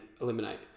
eliminate